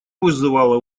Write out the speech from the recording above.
вызывало